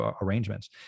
arrangements